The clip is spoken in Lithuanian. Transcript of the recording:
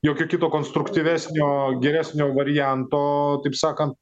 jokio kito konstruktyvesnio geresnio varianto taip sakant